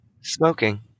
Smoking